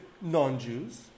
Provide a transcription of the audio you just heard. non-Jews